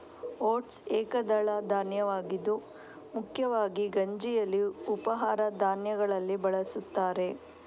oats ಏಕದಳ ಧಾನ್ಯವಾಗಿದ್ದು ಮುಖ್ಯವಾಗಿ ಗಂಜಿಯಾಗಿ ಉಪಹಾರ ಧಾನ್ಯಗಳಲ್ಲಿ ಬಳಸುತ್ತಾರೆ